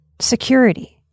security